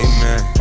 Amen